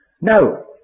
No